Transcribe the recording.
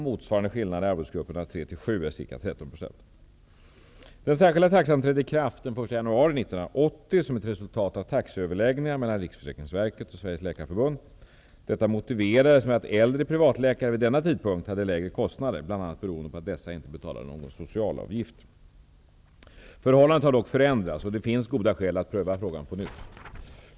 Motsvarande skillnad i arvodesgrupperna 3--7 är ca 13 %. Detta motiverades med att äldre privatläkare vid denna tidpunkt hade lägre kostnader, bl.a. beroende på att de inte längre betalade någon socialavgift. Förhållandet har dock förändrats, och det finns goda skäl att pröva frågan på nytt.